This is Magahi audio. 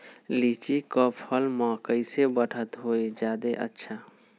लिचि क फल म कईसे बढ़त होई जादे अच्छा?